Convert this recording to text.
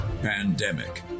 pandemic